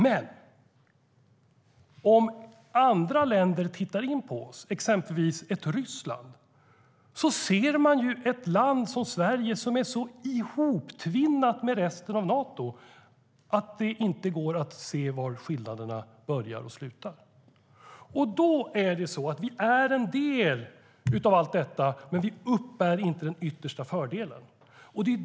Men andra länder, till exempel Ryssland, tittar på Sverige och ser ett land som är så hoptvinnat med resten av Nato att det inte går att se var skillnaderna börjar och slutar. Då är det så att vi är en del av allt detta, men vi uppbär inte den yttersta fördelen.